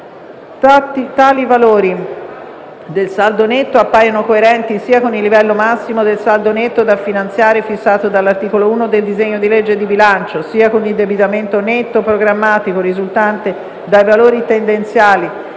tali valori del saldo netto appaiono coerenti sia con il livello massimo del saldo netto da finanziare fissato dall'articolo 1 del disegno di legge di bilancio, sia con l'indebitamento netto programmatico risultante dai valori tendenziali